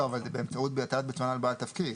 לא, אבל זה "באמצעות הטלת ביצוען על בעל תפקיד".